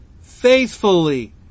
faithfully